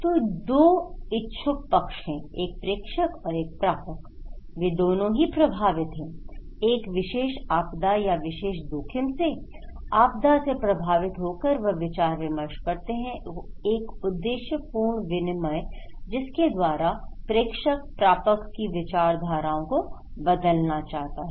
तो दो इच्छुक पक्ष हैं एक प्रेषक और एक प्रापक वे दोनों ही प्रभावित हैं एक विशेष आपदा या विशेष जोखिम से आपदा से प्रभावित होकर वह विचार विमर्श करते हैं एक उद्देश्यपूर्ण विनिमय जिसके द्वारा प्रेषक प्रापक की विचारधारा को बदलना चाहता है